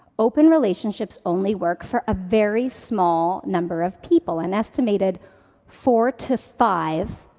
open relationships only work for a very small number of people. an estimated four to five,